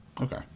Okay